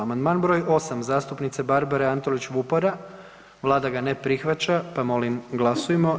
Amandman broj 8. zastupnice Barbare Antolić Vupora, Vlada ga ne prihvaća pa molim glasujmo.